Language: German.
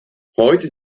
heute